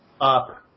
up